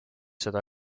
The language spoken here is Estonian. seda